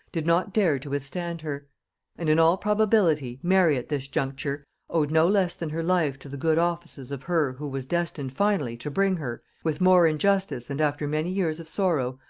did not dare to withstand her and in all probability mary at this juncture owed no less than her life to the good offices of her who was destined finally to bring her, with more injustice and after many years of sorrow,